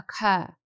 occur